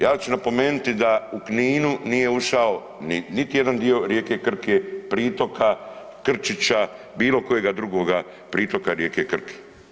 Ja ću napomenuti da u Kninu nije ušao niti jedan dio rijeke Krke, pritoka Krčića bilo kojega drugoga pritoka rijeke Krke.